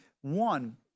One